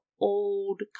old